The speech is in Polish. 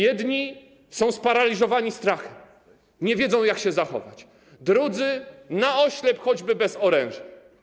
Jedni są sparaliżowani strachem, nie wiedzą, jak się zachować, drudzy chcą iść na oślep, choćby bez oręża.